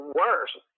worse